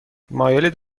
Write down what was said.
مایلید